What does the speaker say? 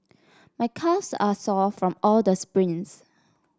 my calves are sore from all the sprints